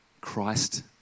Christ